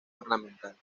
ornamental